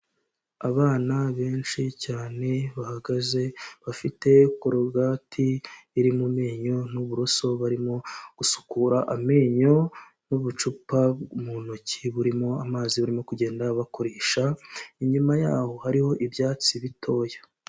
Abana benshi cyane bahagaze bafite kogati iri mu menyo n'uburoso barimo gusukura amenyo, n'ubucupa mu ntoki burimo amazi barimo kugenda bakoresha, inyuma yaho hariho ibyatsi bitoya.